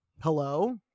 hello